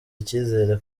icyizere